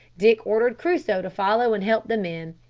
dick ordered crusoe to follow and help the men,